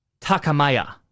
Takamaya